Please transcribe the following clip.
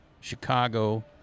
Chicago